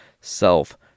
self